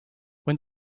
when